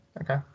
okay